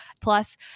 Plus